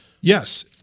Yes